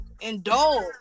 indulge